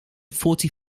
forty